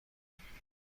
هستم